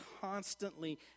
constantly